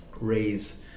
raise